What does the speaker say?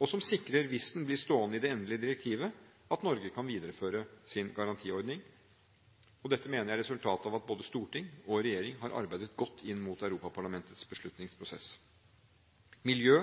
og som sikrer – hvis den blir stående i det endelige direktivet – at Norge kan videreføre sin garantiordning. Dette mener jeg er resultatet av at både storting og regjering har arbeidet godt inn mot Europaparlamentets beslutningsprosess. Miljø